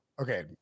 okay